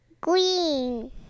Green